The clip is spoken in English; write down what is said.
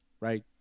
right